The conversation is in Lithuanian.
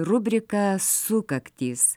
rubrika sukaktys